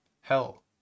hell